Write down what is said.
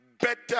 better